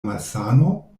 malsano